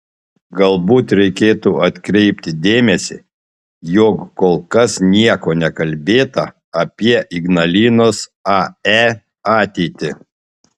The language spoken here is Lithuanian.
galbūt reikėtų atkreipti dėmesį jog kol kas nieko nekalbėta apie ignalinos ae ateitį